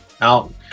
out